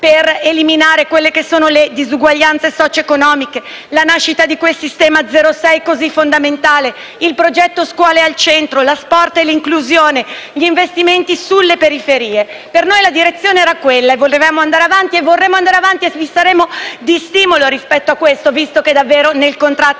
Per noi la direzione era quella; volevamo andare avanti, vorremmo andare avanti e vi saremo di stimolo rispetto a questo, visto che davvero nel contratto